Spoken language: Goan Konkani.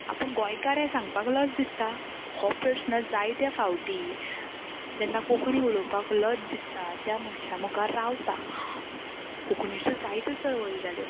आपूण गोंयकार हें सांगपाक लज दिसता हो प्रस्न जायत्या फावटी जेन्ना कोंकणी उलोवपाक लज दिसता त्या मनशा मुखार रावता कोंकणीच्यो जायत्यो चळवळी जाल्यो